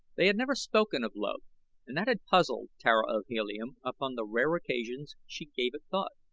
they had never spoken of love and that had puzzled tara of helium upon the rare occasions she gave it thought,